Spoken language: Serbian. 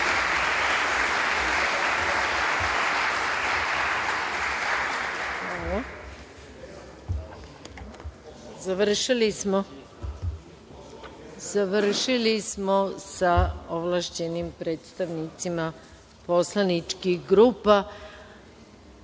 Hvala. Završili smo sa ovlašćenim predstavnicima poslaničkih grupa.